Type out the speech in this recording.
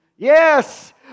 Yes